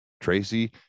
Tracy